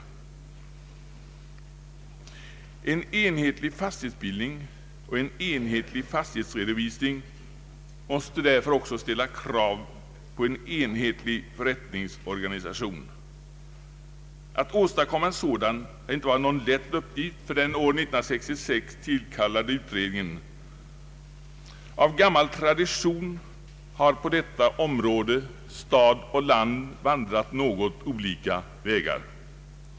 En enhetlig fastighetsbildning och en enhetlig fastighetsredovisning måste därför också ställa krav på en enhetlig förrättningsorganisation. Att åstadkomma en sådan har inte varit någon lätt uppgift för den år 1966 tillsatta utredningen. Av gammal tradition har på detta område stad och land vandrat olika vägar.